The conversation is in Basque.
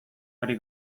ari